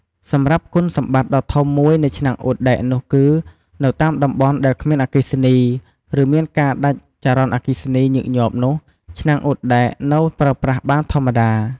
សម្រាប់គុណសម្បត្តិដ៏ធំមួយនៃឆ្នាំងអ៊ុតដែកនោះគឺ នៅតាមតំបន់ដែលគ្មានអគ្គិសនី ឬមានការដាច់ចរន្តអគ្គិសនីញឹកញាប់នោះ ឆ្នាំងអ៊ុតដែកនៅប្រើប្រាស់បានធម្មតា។